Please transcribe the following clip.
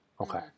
Okay